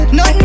no